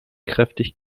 kräftig